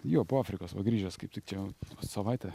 jo po afrikos va grįžęs kaip tik čia savaitė